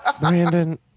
Brandon